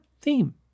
theme